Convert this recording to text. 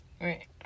Right